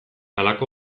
halako